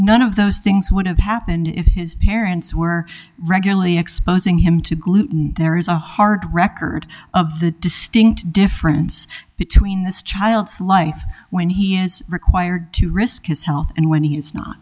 none of those things would have happened if his parents were regularly exposing him to gluten there is a hard record of the distinct difference between this child's life when he is required to risk his health and when he is not